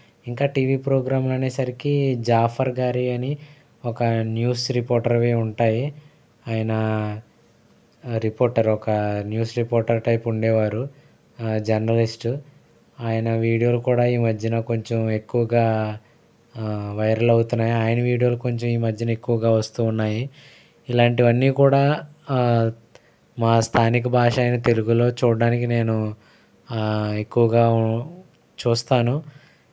ఇంకా టీవీ ప్రోగ్రామ్లు అనేసరికి జాఫర్ గారివి అని ఒక న్యూస్ రిపోర్టర్వి ఉంటాయి ఆయన రిపోర్టర్ ఒక న్యూస్ రిపోర్టర్ టైపు ఉండేవారు జర్నలిస్టు ఆయన వీడియోలు కూడా ఈ మధ్యన కొంచెం ఎక్కువగా వైరల్ అవుతున్నాయా ఆయన వీడియోలు కొంచెం ఈ మధ్యన ఎక్కువగా వస్తూ ఉన్నాయి ఇలాంటివన్నీ కూడా మా స్థానిక భాష అయిన తెలుగులో చూడటానికి నేను ఎక్కువగా చూస్తాను